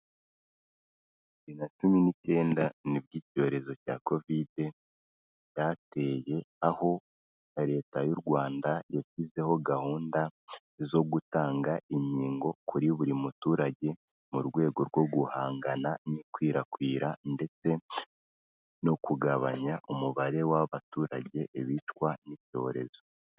Bibiri na cumi n'icyenda nibwo icyorezo cya Covid cyateye aho na Leta y'u Rwanda yashyizeho gahunda yo gutanga inkingo kuri buri muturage mu rwego rwo guhangana n'ikwirakwira, ndetse no kugabanya umubare w'abaturage bicwa n'icyorezo.